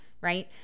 right